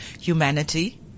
humanity